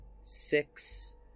Six